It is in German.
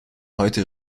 heute